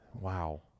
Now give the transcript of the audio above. wow